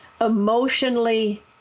emotionally